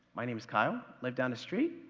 my name is kyle, live down the street,